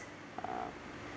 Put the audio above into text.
uh